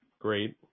great